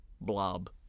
blob